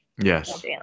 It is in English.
Yes